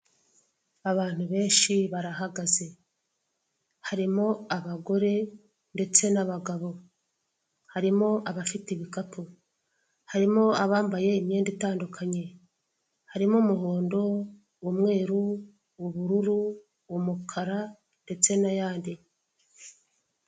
Abantu benshi barahagaze harimo abagore ndetse n'abagabo, harimo abafite ibikapu, harimo abambaye, imyenda itandukanye, harimo umuhondo, umweru, ubururu, rukara ndetse n'ayandi.